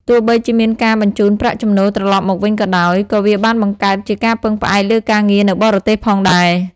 ទោះបីជាមានការបញ្ជូនប្រាក់ចំណូលត្រឡប់មកវិញក៏ដោយ ក៏វាបានបង្កើតជាការពឹងផ្អែកលើការងារនៅបរទេសផងដែរ។